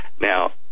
Now